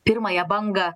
pirmąją bangą